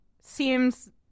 seems